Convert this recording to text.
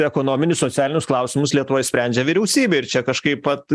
ekonominius socialinius klausimus lietuvoj sprendžia vyriausybė ir čia kažkaip pat